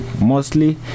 Mostly